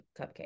cupcake